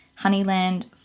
Honeyland